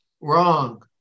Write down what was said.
Wrong